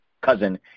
cousin